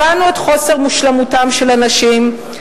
הבנו את חוסר מושלמותם של אנשים,